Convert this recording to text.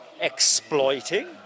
exploiting